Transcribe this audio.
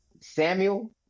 Samuel